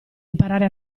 imparare